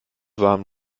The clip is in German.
warm